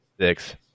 six